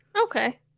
Okay